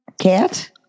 Cat